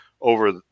over